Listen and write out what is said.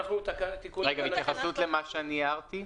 רגע, התייחסות למה שאני הערתי?